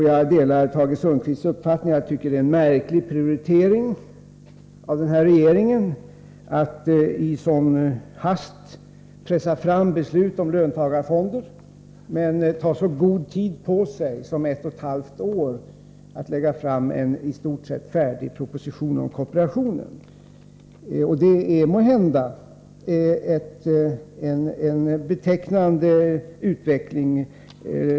Jag delar Tage Sundkvists uppfattning att det är en märklig prioritering av den här regeringen att i en sådan hast pressa fram beslut om löntagarfonder men ta så god tid på sig som ett och ett halvt år att lägga fram en proposition om kooperationen. Det är måhända en betecknande utveckling.